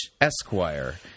Esquire